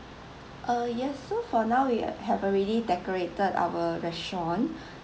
uh yes so for now we have already decorated our restaurant